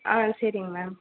ஆ சரிங்க மேம்